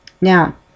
Now